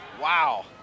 Wow